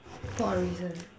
for a reason